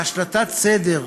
בהשלטת סדר,